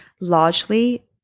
Largely